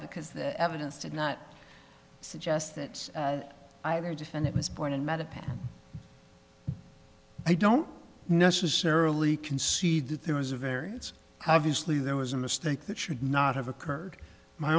because the evidence did not suggest that either defend it was born in metapad i don't necessarily concede that there was a very it's obviously there was a mistake that should not have occurred my